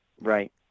right